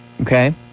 okay